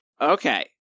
Okay